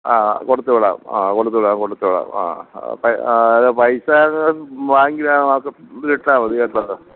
ആ കൊടുത്തു വിടാം ആ കൊടുത്തുവിടാം കൊടുത്തുവിടാം ആ പൈസ ആ അത് പൈസ അത് ബാങ്കിൽ ഇതിലിട്ടാൽ മതി കേട്ടോ